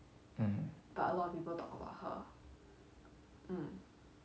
mm